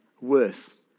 worth